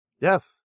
Yes